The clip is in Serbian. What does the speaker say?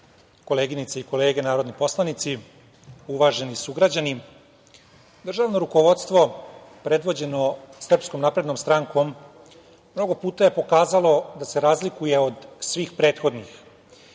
koleginice i kolege narodni poslanici, uvaženi sugrađani, državno rukovodstvo predvođeno SNS mnogo puta je pokazalo da se razlikuje od svih prethodnih